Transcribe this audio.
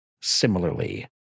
similarly